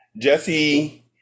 Jesse